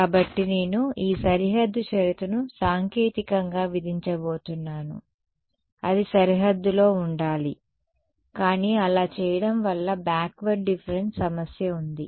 కాబట్టి నేను ఈ సరిహద్దు షరతును సాంకేతికంగా విధించబోతున్నాను అది సరిహద్దులో ఉండాలి కానీ అలా చేయడం వల్ల ఈ బాక్వర్డ్ డిఫరెన్స్ సమస్య ఉంది